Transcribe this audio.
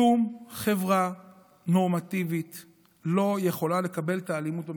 שום חברה נורמטיבית לא יכולה לקבל את האלימות במשפחה,